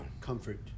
Comfort